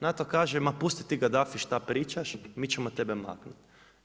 NATO kaže ma pusti ti Gaddafi šta pričaš, mi ćemo tebe maknuti.